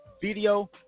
video